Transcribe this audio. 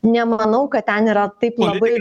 nemanau kad ten yra taip labai